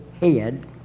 head